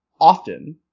often